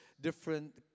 different